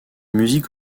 musiques